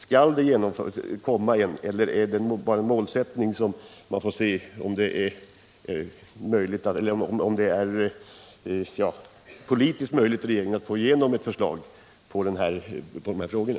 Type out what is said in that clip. Skall det komma ett genomförande av målsättningen, eller är det bara en målsättning, så att man enbart om det blir politiskt möjligt för regeringen avser att få igenom ett förslag i de här frågorna?